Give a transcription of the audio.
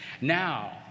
now